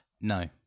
No